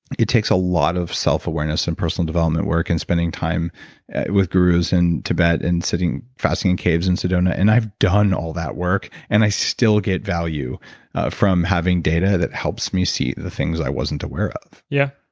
it takes a lot of self awareness and personal development work and spending time with gurus in tibet and sitting fasting and caves in sedona, and i've done all that work and i still get value from having data that helps me see the things i wasn't aware of yeah.